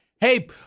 Hey